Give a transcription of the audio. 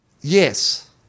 Yes